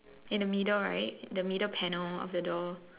in the middle right the middle panel of the door